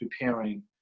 preparing